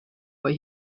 what